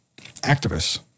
activists